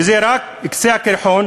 וזה רק קצה הקרחון